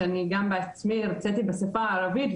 שאני גם בעצמי הרציתי בשפה הערבית,